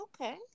Okay